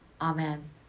Amen